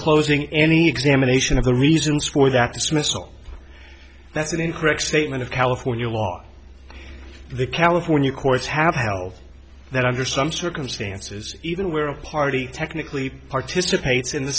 closing any examination of the reasons for that dismissal that's an incorrect statement of california law the california courts have held that under some circumstances even where a party technically participates in the